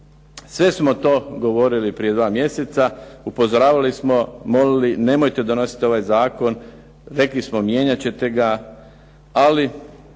Sve smo to govorili prije dva mjeseca, upozoravali smo, molili, nemojte donositi ovaj zakon. Rekli smo, mijenjat ćete ga. Ali